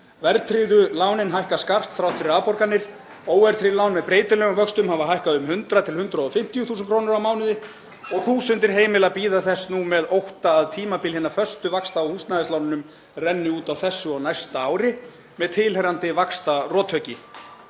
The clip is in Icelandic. Verðtryggðu lánin hækka skarpt þrátt fyrir afborganir. Óverðtryggð lán með breytilegum vöxtum hafa hækkað um 100.000–150.000 kr. á mánuði og þúsundir heimila bíða þess nú með ótta að tímabil hinna föstu vaxta á húsnæðislánum renni út á þessu og næsta ári með tilheyrandi vaxtarothöggi.